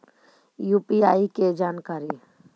UPI के जानकारी?